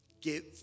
Give